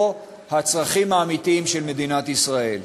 לא הצרכים האמיתיים של מדינת ישראל.